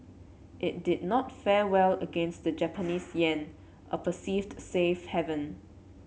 it did not fare well against the Japanese yen a perceived safe haven